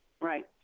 right